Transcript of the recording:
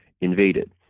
invaded